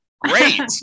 great